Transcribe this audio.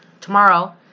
Tomorrow